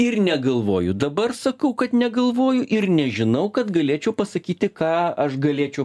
ir negalvoju dabar sakau kad negalvoju ir nežinau kad galėčiau pasakyti ką aš galėčiau